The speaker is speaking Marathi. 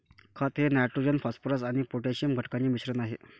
खत हे नायट्रोजन फॉस्फरस आणि पोटॅशियम घटकांचे मिश्रण आहे